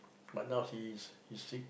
but now he's he's sick